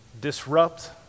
disrupt